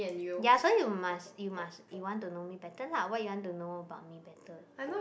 ya so you must you must you want to know me better lah what you want to know about me better